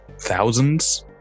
thousands